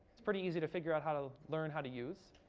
it's pretty easy to figure out how to learn how to use.